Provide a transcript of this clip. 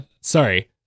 Sorry